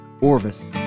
Orvis